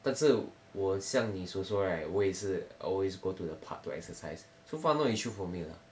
但是我像你所说 right 我也是 always go to the park to exercise so far no issue for me lah